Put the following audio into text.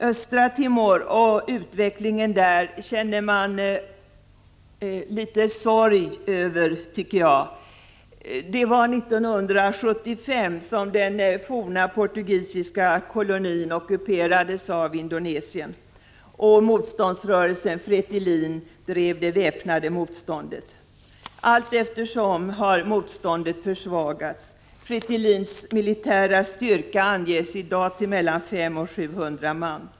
Östra Timor och utvecklingen där känner man sorg över. Det var 1975 som den forna portugisiska kolonin ockuperades av Indonesien. Motståndsrörelsen Fretilin drev det väpnade motståndet. Efter hand har motståndet försvagats — Fretilins militära styrka anges i dag till mellan 500 och 700 man.